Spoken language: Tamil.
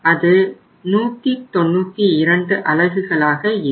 அது 192 அலகுகளாக இருக்கும்